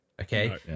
Okay